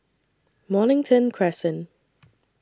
Mornington Crescent